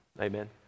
Amen